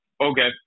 okay